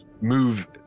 move